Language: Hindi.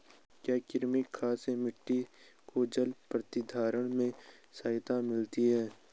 क्या कृमि खाद से मिट्टी को जल प्रतिधारण में सहायता मिलती है?